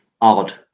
Odd